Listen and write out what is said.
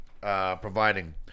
providing